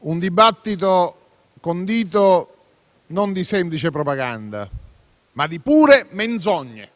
un dibattito condito non di semplice propaganda, ma di pure menzogne.